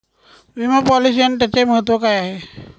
विमा पॉलिसी आणि त्याचे महत्व काय आहे?